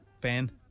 Ben